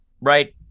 Right